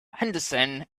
henderson